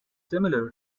similar